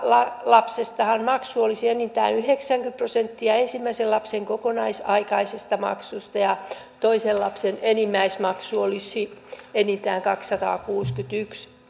lapsestahan maksu olisi enintään yhdeksänkymmentä prosenttia ensimmäisen lapsen kokonaisaikaisesta maksusta ja toisen lapsen enimmäismaksu olisi enintään kaksisataakuusikymmentäyksi